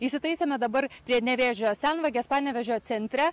įsitaisėme dabar prie nevėžio senvagės panevėžio centre